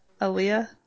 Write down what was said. Aaliyah